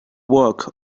work